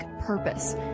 purpose